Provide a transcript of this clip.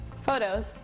photos